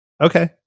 okay